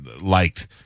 liked